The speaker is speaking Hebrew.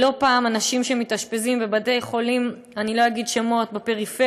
לא פעם אנשים שמתאשפזים בבתי-חולים בפריפריה,